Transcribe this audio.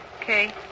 Okay